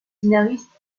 scénaristes